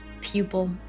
pupil